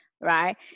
Right